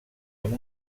amb